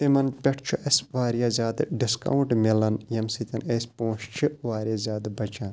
تِمَن پٮ۪ٹھ چھُ اَسہِ واریاہ زیادٕ ڈِسکاوُنٛٹ مِلان ییٚمہِ سۭتۍ أسۍ پۄنٛسہٕ چھِ واریاہ زیادٕ بَچان